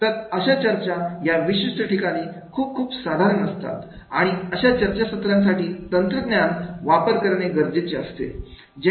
तर अशा चर्चां या विशिष्ट ठिकाणी खूप खूप साधारण असतात आणि अशा चर्चा साठी तंत्रज्ञानाचा वापर करणे गरजेचे असते